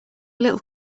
little